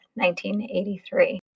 1983